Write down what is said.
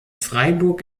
freiburg